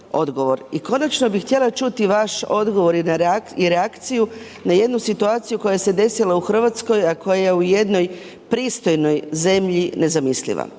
i konačno bi htjela čuti vaš odgovor i reakciju na jednu situaciju koja se desila u Hrvatskoj a koja je u jednoj pristojnoj zemlji nezamisliva.